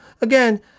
Again